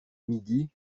midi